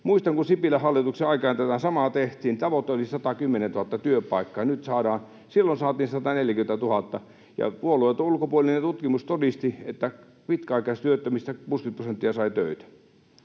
Muistan, että kun Sipilän hallituksen aikaan tätä samaa tehtiin ja tavoite oli 110 000 työpaikkaa, silloin saatiin 140 000, ja puolueeton, ulkopuolinen tutkimus todisti, että pitkäaikaistyöttömistä 60 prosenttia sai töitä